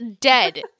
Dead